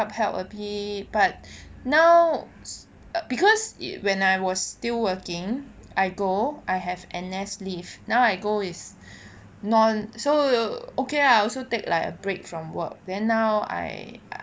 upheld a bit but now because it when I was still working I go I have N_S leave now I go is non so okay lah I also take like a break from work then now I